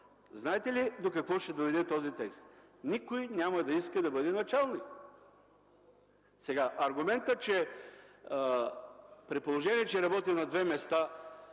Знаете ли до какво ще доведе този текст? Никой няма да иска да бъде началник! Аргументът – при положение че работи на две места,